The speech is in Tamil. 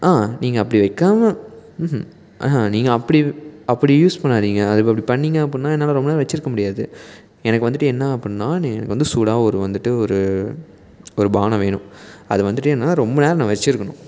ஆ நீங்கள் அப்படி வைக்காம நீங்கள் அப்படி அப்படி யூஸ் பண்ணாதீங்க அதில் அப்படி பண்ணீங்க அப்படின்னா என்னால் ரொம்ப நேரம் வெச்சுருக்க முடியாது எனக்கு வந்துட்டு என்ன அப்படின்னா நீங்கள் வந்து சூடாக ஒரு வந்துட்டு ஒரு ஒரு பானம் வேணும் அது வந்துட்டு ஏன்னெனா ரொம்ப நேரம் நான் வெச்சுருக்கணும்